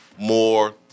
more